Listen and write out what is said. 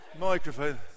microphone